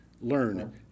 learn